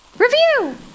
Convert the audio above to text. Review